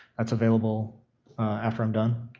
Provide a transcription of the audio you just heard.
that's available after i'm done,